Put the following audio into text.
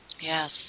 Yes